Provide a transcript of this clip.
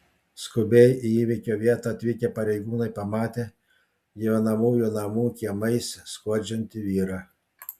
skubiai į įvykio vietą atvykę pareigūnai pamatė gyvenamųjų namų kiemais skuodžiantį vyrą